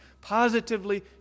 Positively